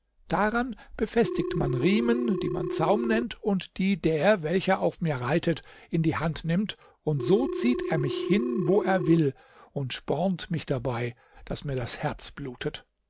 daran befestigt man riemen die man zaum nennt und die der welcher auf mir reitet in die hand nimmt und so zieht er mich hin wo er will und spornt mich dabei daß mir das herz blutet